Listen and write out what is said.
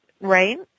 right